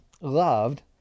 loved